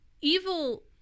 evil